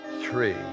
three